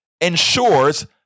ensures